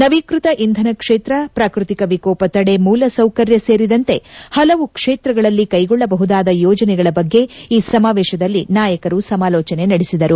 ನವೀಕೃತ ಇಂಧನ ಕ್ಷೇತ್ರ ಪ್ರಾಕೃತಿಕ ವಿಕೋಪ ತಡೆ ಮೂಲ ಸೌಕರ್ಯ ಸೇರಿದಂತೆ ಹಲವು ಕ್ಷೇತ್ರಗಳಲ್ಲಿ ಕೈಗೊಳ್ಳಬಹುದಾದ ಯೋಜನೆಗಳ ಬಗ್ಗೆ ಈ ಸಮಾವೇಶದಲ್ಲಿ ನಾಯಕರು ಸಮಾಲೋಚನೆ ನಡೆಸಿದರು